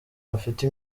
bafite